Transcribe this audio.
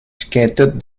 quintet